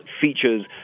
features